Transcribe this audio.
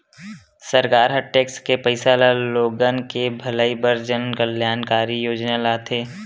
सरकार ह टेक्स के पइसा ल लोगन के भलई बर जनकल्यानकारी योजना लाथे